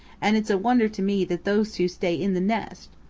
and it's a wonder to me that those two stay in the nest.